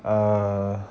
err